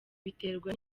biterwa